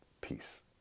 peace